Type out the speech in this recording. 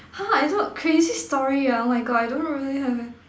!huh! I thought crazy story ah oh my God I don't really have eh